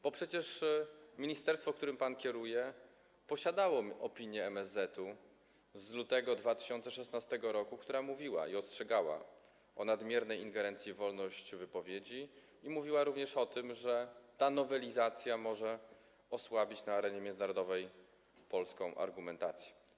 Bo przecież ministerstwo, którym pan kieruje, posiadało opinię MSZ z lutego 2016 r., która mówiła i ostrzegała o nadmiernej ingerencji w wolność wypowiedzi i mówiła również o tym, że ta nowelizacja może osłabić na arenie międzynarodowej polską argumentację.